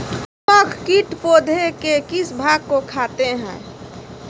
दीमक किट पौधे के किस भाग को खाते हैं?